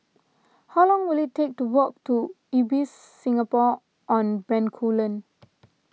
how long will it take to walk to Ibis Singapore on Bencoolen